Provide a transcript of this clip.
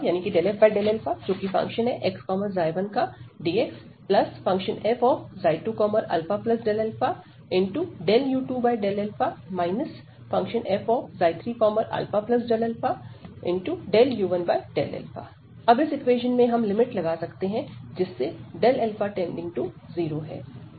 u1u2fx1dxf2αΔαu2Δα f3αΔαu1Δα अब इस इक्वेशन में हम लिमिट लगा सकते हैं जिससे Δα→0 है